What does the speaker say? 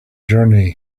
journey